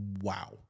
Wow